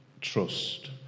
trust